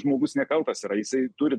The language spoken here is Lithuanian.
žmogus nekaltas yra jisai turi